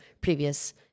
previous